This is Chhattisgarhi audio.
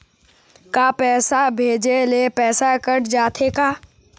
का पैसा भेजे ले पैसा कट जाथे का?